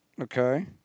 Okay